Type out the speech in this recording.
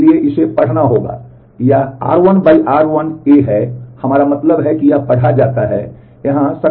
इसलिए इसे पढ़ना होगा यह आर 1 बाय आर 1 ए है हमारा मतलब है कि यह पढ़ा जाता है यहां सबस्क्रिप्ट को संदर्भित करता है